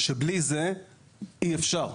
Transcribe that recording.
שבלי זה אי אפשר.